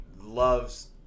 loves